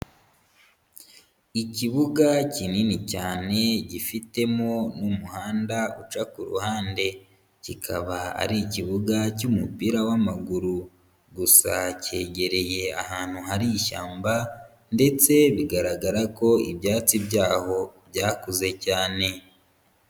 Ikibuga kinini cyane gifitemo n'umuhanda uca ku ruhande. Kikaba ari ikibuga cy'umupira w'amaguru. Gusa cyegereye ahantu hari ishyamba ndetse bigaragara ko ibyatsi byaho byakuze cyane.